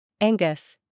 Angus